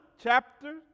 chapter